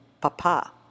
papa